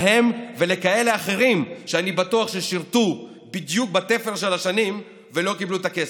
להם ולכאלה אחרים שאני בטוח ששירתו בדיוק בתפר השנים ולא קיבלו את הכסף.